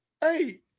Hey